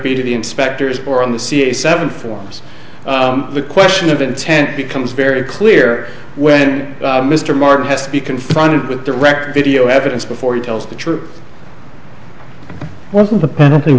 be to the inspectors or on the ca seven forms the question of intent becomes very clear when mr martin has to be confronted with direct video evidence before he tells the truth when the penalty